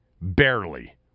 barely